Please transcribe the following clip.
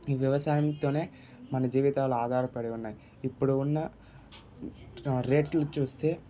ఈ వ్యవాసాయంతో మన జీవితాలు ఆధారపడి ఉన్నాయి ఇప్పుడు ఉన్న రేట్లు చూస్తే